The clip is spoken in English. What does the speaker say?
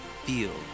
feel